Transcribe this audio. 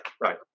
right